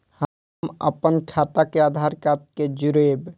हम अपन खाता के आधार कार्ड के जोरैब?